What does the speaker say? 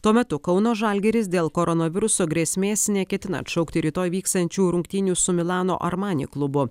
tuo metu kauno žalgiris dėl koronaviruso grėsmės neketina atšaukti rytoj vyksiančių rungtynių su milano armani klubu